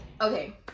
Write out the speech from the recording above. Okay